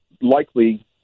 likely